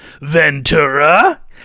Ventura